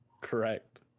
Correct